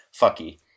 fucky